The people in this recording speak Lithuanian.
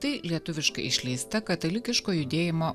tai lietuviškai išleista katalikiško judėjimo